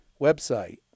website